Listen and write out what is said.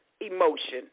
emotion